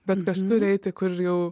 bet kažkur eiti kur jau